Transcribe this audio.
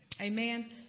Amen